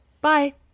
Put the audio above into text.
Bye